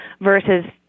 versus